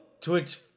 twitch